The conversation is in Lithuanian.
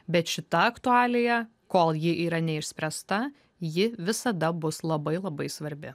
bet šita aktualija kol ji yra neišspręsta ji visada bus labai labai svarbi